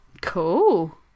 Cool